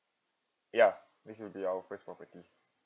ya this would be our first property